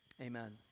Amen